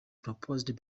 proposed